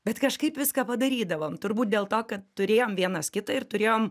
bet kažkaip viską padarydavom turbūt dėl to kad turėjom vienas kitą ir turėjom